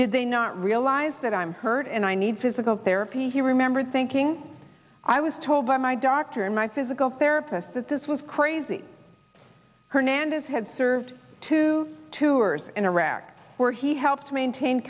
did they not realize that i'm hurt and i need physical therapy he remembered thinking i was told by my doctor and my physical therapist that this was crazy hernandez had served two tours in iraq where he helped maintain